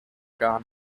gar